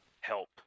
help